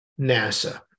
NASA